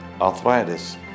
Arthritis